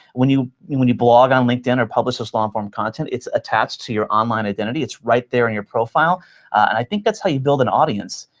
when you when you blog on linkedin or publish this long-form content, it's attached to your online identity. it's right there in your profile. and i think that's how you build an audience.